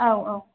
औ औ